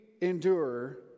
endure